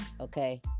okay